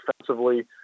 defensively